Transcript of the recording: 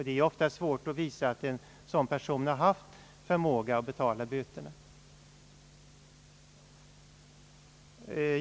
Det är ofta svårt att visa att en sådan här person har förmåga att betala böterna.